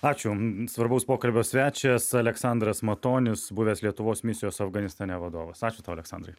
ačiū svarbaus pokalbio svečias aleksandras matonis buvęs lietuvos misijos afganistane vadovas ačiū tau aleksandrai